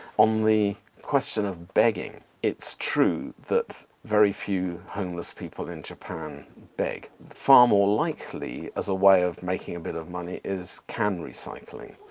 question of begging it's true that very few homeless people in japan beg. far more likely, as a way of making a bit of money, is can recycling,